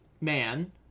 man